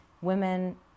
women